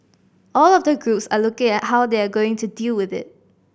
all of the groups are looking at how they are going to deal with it